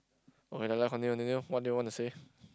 okay lah continue continue what do you wanna say